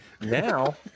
now